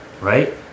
right